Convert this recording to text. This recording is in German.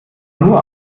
nur